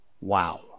Wow